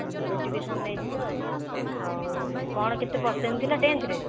education ନେଇଯିବେ ଆଉ ଆଉ କ'ଣ କେତେ ପର୍ସେଣ୍ଟ୍ ଥିଲା ଟେନ୍ଥ୍ରେ